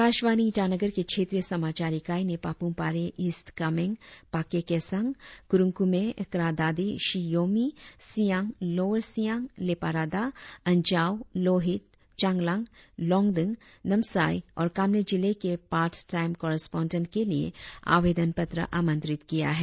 आकाशवाणी ईटानगर के क्षेत्रीय समाचार इकाई ने पापुम पारे ईस्ट कामेंग पाके केसांग कुरुंग कुमे क्रा दादी शी योमी सियांग लोअर सियांग लेपा रादा अंजाव लोहित चांगलांग लोंगडिंग नामसाई और कामले जिले के पार्ट टाईम कॉरस्पांडेंट के लिए आवेदन पत्र आमांत्रित किया है